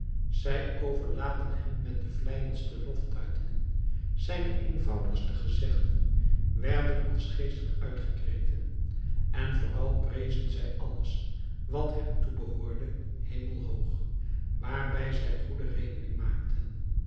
zij overlaadden hem met de vleijendste loftuigingen zijne eenvoudigste gezegden werden als geestig uitgekreten en vooral prezen zij alles wat hem toebehoorde hemelhoog waarbij zij goede rekening maakten